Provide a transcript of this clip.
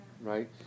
right